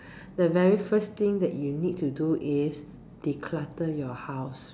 the very first thing that you need to do is declutter your house